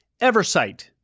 Eversight